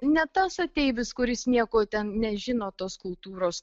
ne tas ateivis kuris nieko ten nežino tos kultūros